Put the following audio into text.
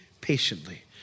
patiently